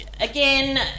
Again